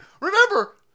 remember